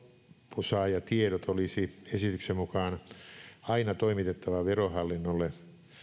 loppusaajatiedot olisi esityksen mukaan aina toimitettava verohallinnolle